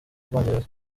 bwongereza